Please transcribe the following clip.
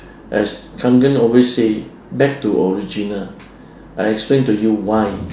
as kangen always say back to original I explain to you why